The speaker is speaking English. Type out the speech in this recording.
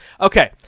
Okay